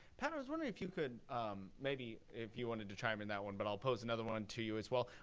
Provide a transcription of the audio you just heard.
pat, i was wondering if you could maybe, if you wanted to chime in on that one, but i'll pose another one to you as well.